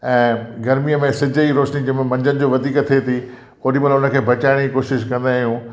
ऐं गर्मीअ में सिज जी रोशनी जंहिंमें मंझंदि जो वधीक थिए थी ओॾीमहिल उन खे बचाइण जी कोशिशि कंदा आहियूं